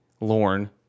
Lorne